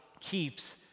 keeps